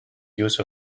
use